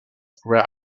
were